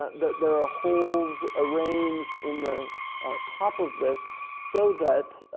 ah that there are holes arranged in the top of this so that